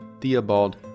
Theobald